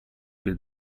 bir